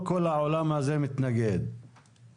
שימוש סולרי וכל העולם ואשתו מתנגדים לדבר הזה,